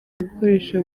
gukoresha